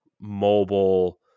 mobile